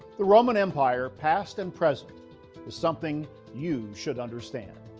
the roman empire, past and present, is something you should understand.